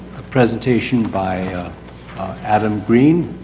a presentation by adam green.